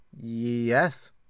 Yes